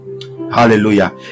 hallelujah